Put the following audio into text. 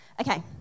Okay